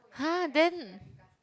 !huh! then